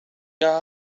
jag